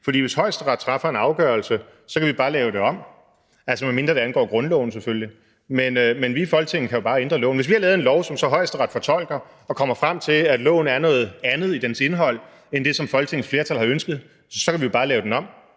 For hvis Højesteret træffer en afgørelse, kan vi bare lave den om, altså, medmindre det angår grundloven selvfølgelig. Men vi i Folketinget kan jo bare ændre loven. Hvis vi har lavet en lov, som Højesteret så fortolker, hvor den kommer frem til, at loven er noget andet i dens indhold end det, som Folketingets flertal har ønsket, så kan vi jo bare lave den om